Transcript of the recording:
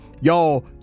y'all